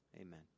amen